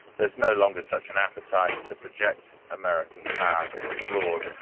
there is no longer such an appetite to project american power abroad.